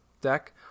deck